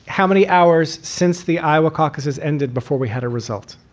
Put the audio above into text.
how many hours since the iowa caucuses ended before we had a result?